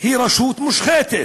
שהיא רשות מושחתת.